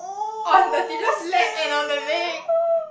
on the teacher's lap and on the leg